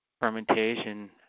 fermentation